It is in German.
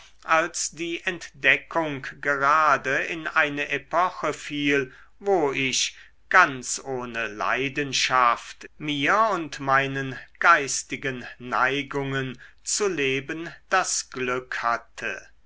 als die entdeckung gerade in eine epoche fiel wo ich ganz ohne leidenschaft mir und meinen geistigen neigungen zu leben das glück hatte